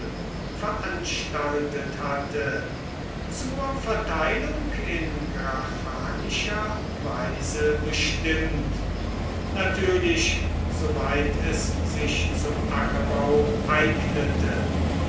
veranstaltet hatte zur verteilung in gracchanischer weise bestimmt natürlich soweit es sich zum ackerbau eignete